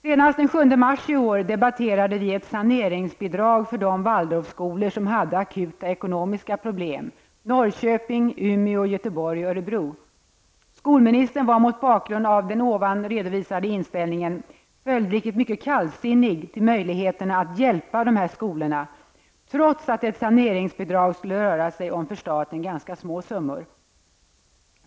Senast den 7 mars i år debatterade vi ett saneringsbidrag för de Waldorfskolor som hade akuta ekonomiska problem; Norrköping, Umeå, Göteborg och Örebro. Skolministern var mot bakgrund av den ovan redovisade inställningen följdriktigt mycket kallsinnig till möjligheterna att hjälpa dem trots att ett saneringsbidrag skulle röra sig om för staten ganska små summor.